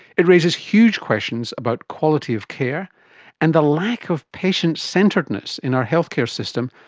it raises huge questions about quality of care and the lack of patient centeredness in our healthcare system,